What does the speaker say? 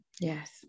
yes